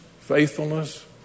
faithfulness